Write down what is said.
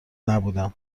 نبودم